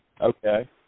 okay